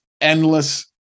endless